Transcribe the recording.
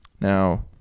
Now